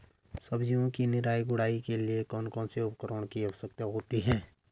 सब्जियों की निराई गुड़ाई के लिए कौन कौन से उपकरणों की आवश्यकता होती है?